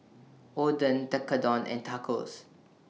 Oden Tekkadon and Tacos